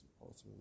ultimately